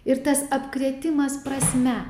ir tas apkrėtimas prasme